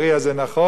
כולנו נירגע.